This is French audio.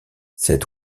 cet